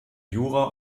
jura